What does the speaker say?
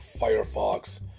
Firefox